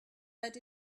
that